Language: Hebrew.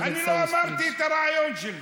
אני לא אמרתי את הרעיון שלי.